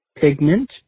pigment